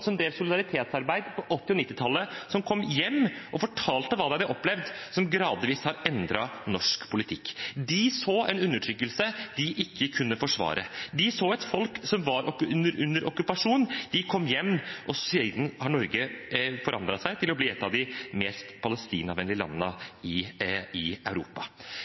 som drev solidaritetsarbeid på 1980- og 1990-tallet, og som kom hjem og fortalte hva de hadde opplevd, som gradvis har endret norsk politikk. De så en undertrykkelse de ikke kunne forsvare. De så et folk som var under okkupasjon. De kom hjem, og siden har Norge forandret seg til å bli et av de mest palestinavennlige landene i Europa.